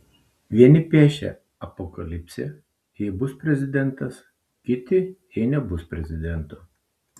vieni piešia apokalipsę jei bus prezidentas kiti jei nebus prezidento